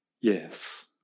Yes